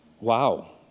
Wow